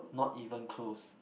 not even close